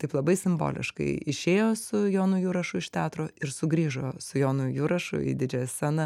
taip labai simboliškai išėjo su jonu jurašu iš teatro ir sugrįžo su jonu jurašu į didžiąją sceną